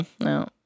No